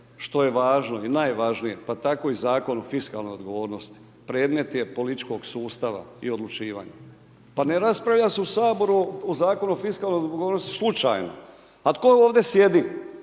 što je važno i najvažnije, pa tako i Zakon o fiskalnoj odgovornosti predmet je političkog sustava i odlučivanja. Pa ne raspravlja se u Saboru o Zakonu o fiskalnoj odgovornosti slučajno. Pa tko ovdje sjedi?